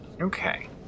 Okay